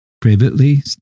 privately